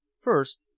First